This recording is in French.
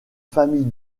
famille